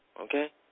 Okay